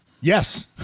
Yes